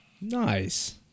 Nice